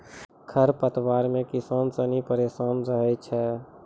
खरपतवार से किसान सनी परेशान रहै छै